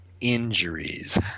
Injuries